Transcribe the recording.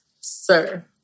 Sir